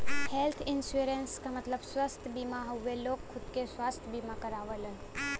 health insurance क मतलब स्वस्थ बीमा हउवे लोग खुद क स्वस्थ बीमा करावलन